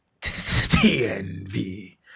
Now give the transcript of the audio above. TNV